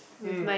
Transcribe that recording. mm